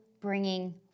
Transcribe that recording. bringing